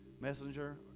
Messenger